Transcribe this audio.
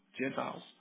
Gentiles